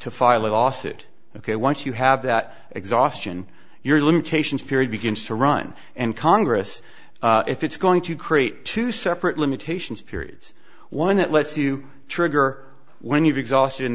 to file a lawsuit ok once you have that exhaustion your limitations period begins to run and congress if it's going to create two separate limitations periods one that lets you trigger when you've exhausted and